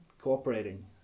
cooperating